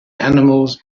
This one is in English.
animals